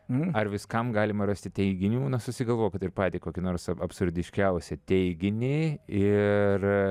ar viskam galima rasti teiginių susigalvoja kad ir patį kokį nors absurdiškiausią teiginiai ir